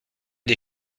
des